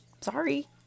sorry